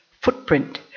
footprint